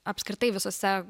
apskritai visose